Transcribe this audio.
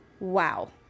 Wow